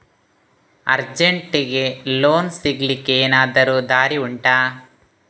ಅರ್ಜೆಂಟ್ಗೆ ಲೋನ್ ಸಿಗ್ಲಿಕ್ಕೆ ಎನಾದರೂ ದಾರಿ ಉಂಟಾ